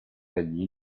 degli